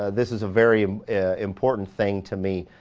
this is a very important thing to me.